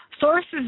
Sources